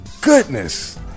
goodness